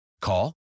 Call